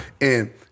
And-